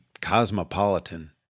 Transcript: cosmopolitan